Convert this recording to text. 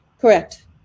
Correct